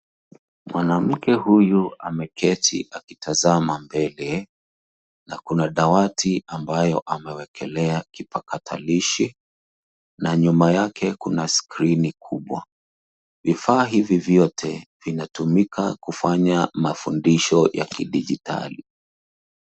Mwanamke huyu ameketi akitizama mbele, na kuna dawati ambayo amewekelea kipakatalishi na nyuma yake kuna skrini kubwa. Vifaa hivi vyote vinatumika kufanya mafundisho ya kijidigitali.